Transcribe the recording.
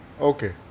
Okay